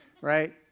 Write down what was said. Right